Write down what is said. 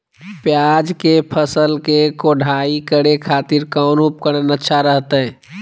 प्याज के फसल के कोढ़ाई करे खातिर कौन उपकरण अच्छा रहतय?